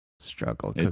Struggle